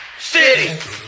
City